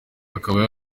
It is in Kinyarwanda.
akaba